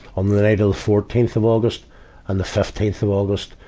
um the the night of fourteenth of august and the fifteenth of august,